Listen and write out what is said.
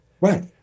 right